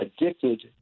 addicted